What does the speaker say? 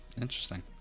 interesting